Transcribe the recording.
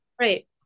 right